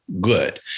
good